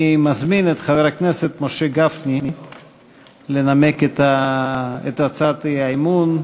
אני מזמין את חבר הכנסת משה גפני לנמק את הצעת האי-אמון: